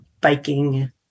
biking